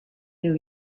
new